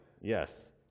Yes